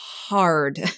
hard